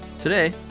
Today